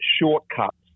shortcuts